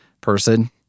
person